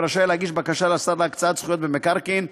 רשאי להגיש בקשה לשר להקצאת זכויות במקרקעין,